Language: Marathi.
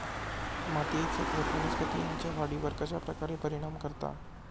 मातीएचा पोत वनस्पतींएच्या वाढीवर कश्या प्रकारे परिणाम करता?